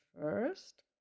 first